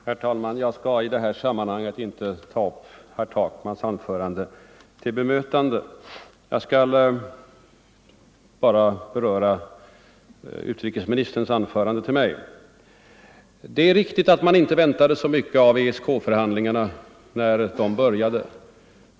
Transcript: Herr talman! Jag skall i det här sammanhanget inte ta upp herr Takmans anförande till bemötande. Jag skall bara beröra vad utrikesministern sade till mig. Det är riktigt att man inte väntade sig så mycket av ESK-förhandlingarna när de började.